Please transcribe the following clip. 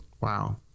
wow